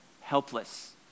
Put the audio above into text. Helpless